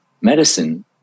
medicine